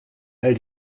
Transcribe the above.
all